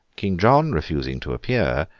king john refusing to appear,